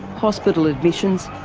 hospital admissions,